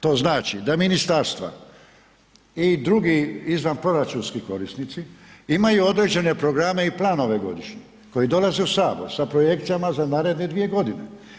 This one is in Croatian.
To znači da ministarstva i drugi izvanproračunski korisnici imaju određene programe i planove godišnje koji dolaze u Sabor sa projekcijama za naredne dvije godine.